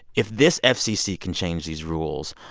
if this fcc can change these rules,